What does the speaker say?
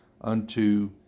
unto